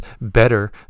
better